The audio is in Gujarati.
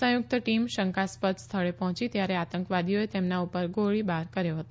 સંયુક્ત ટીમ શંકાસ્પદ સ્થળે પહોંચી ત્યારે આતંકવાદીઓએ તેમના ઉપર ગોળીબાર કર્યો હતો